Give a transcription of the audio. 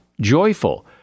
Joyful